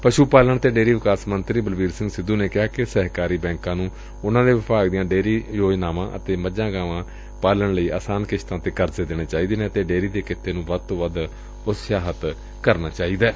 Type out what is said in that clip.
ਪਸੂ ਪਾਲਣ ਤੇ ਡੇਅਰੀ ਵਿਕਾਸ ਮੰਤਰੀ ਬਲਬੀਰ ਸਿੰਘ ਸਿੱਧੂ ਨੇ ਕਿਹਾ ਕਿ ਸਹਿਕਾਰੀ ਬੈਂਕਾਂ ਨੂੰ ਉਨ੍ਹਾਂ ਦੇ ਵਿਭਾਗ ਦੀਆਂ ਡੇਅਰੀ ਯੋਜਨਾਵਾਂ ਅਤੇ ਮੱਝਾਂ ਗਾਵਾਂ ਪਾਲਣ ਲਈ ਅਸਾਨ ਕਿਸ਼ਤਾਂ ਤੇ ਕਰਜ਼ੇ ਦੇਣੇ ਚਾਹੀਦੇ ਨੇ ਅਤੇ ਡੇਅਰੀ ਦੇ ਕਿੱਤੇ ਨੂੰ ਵੱਧ ਤੋਂ ਵੱਧ ਉਤਸ਼ਾਹਿਤ ਕਰਨਾ ਚਾਹੀਦੈ